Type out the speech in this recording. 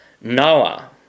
Noah